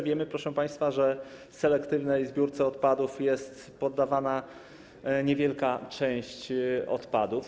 Wiemy, proszę państwa, że selektywnej zbiórce odpadów poddawana jest niewielka część odpadów.